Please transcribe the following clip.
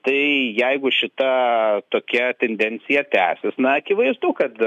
tai jeigu šita tokia tendencija tęsis na akivaizdu kad